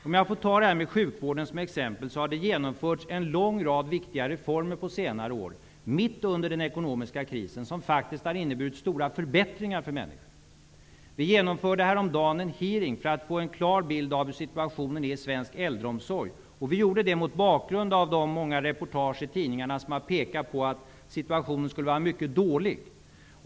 Om jag får ta sjukvården som exempel kan jag säga att det har genomförts en lång rad viktiga reformer på senare år, mitt under den ekonomiska krisen, som faktiskt har inneburit stora förbättringar för människor. Vi genomförde häromdagen en hearing för att få en klar bild av hur situationen är i svensk äldreomsorg. Vi gjorde det mot bakgrund av de många reportage i tidningarna som har pekat på att situationen skulle vara mycket dålig.